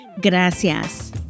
Gracias